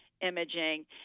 imaging